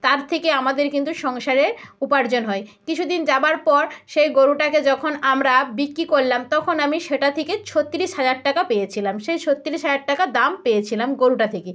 তার থেকে আমাদের কিন্তু সংসারের উপার্জন হয় কিছু দিন যাবার পর সেই গরুটাকে যখন আমরা বিক্রি করলাম তখন আমি সেটা থেকে ছত্রিশ হাজার টাকা পেয়েছিলাম সেই ছত্রিশ হাজার টাকা দাম পেয়েছিলাম গরুটা থেকে